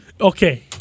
okay